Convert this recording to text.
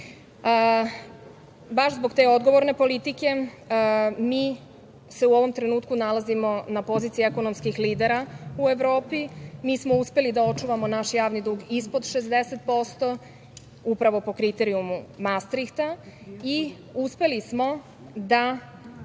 zbog te odgovorne politike mi se u ovom trenutku nalazimo na poziciji ekonomskih lidera u Evropi. Mi smo uspeli da očuvamo naš javni dug ispod 60% upravo po kriterijumu "mastrihta" i uspeli smo da